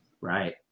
Right